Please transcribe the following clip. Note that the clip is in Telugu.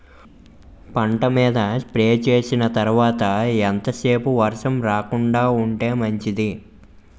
పంట మీద స్ప్రే చేసిన తర్వాత ఎంత సేపు వర్షం రాకుండ ఉంటే మంచిది?